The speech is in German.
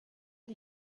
die